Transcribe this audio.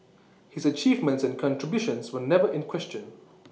his achievements and contributions were never in question